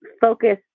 focus